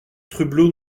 trublot